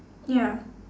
ya